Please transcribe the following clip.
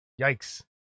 Yikes